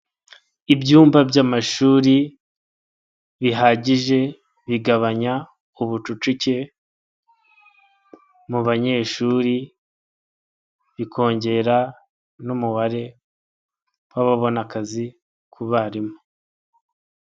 Ibyumba by'amashuri bihagije bigabanya ubucucike mu banyeshuri bikongera n'umubare w'ababona akazi ku barimu.